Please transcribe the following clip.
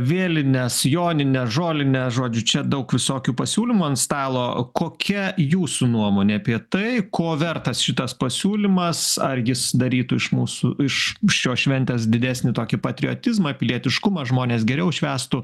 vėlines jonines žolinę žodžiu čia daug visokių pasiūlymų ant stalo kokia jūsų nuomonė apie tai ko vertas šitas pasiūlymas ar jis darytų iš mūsų iš šios šventės didesnį tokį patriotizmą pilietiškumą žmonės geriau švęstų